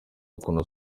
umuntu